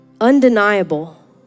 undeniable